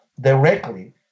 directly